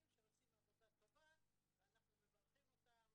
שעושים עבודה טובה ואנחנו מברכים אותם